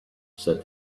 said